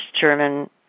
German